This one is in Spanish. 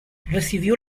recibió